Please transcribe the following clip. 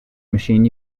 machine